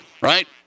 right